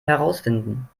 herausfinden